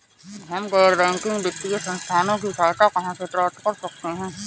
हम गैर बैंकिंग वित्तीय संस्थानों की सहायता कहाँ से प्राप्त कर सकते हैं?